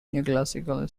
neoclassical